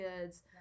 kids